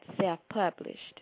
self-published